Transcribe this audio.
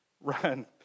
Run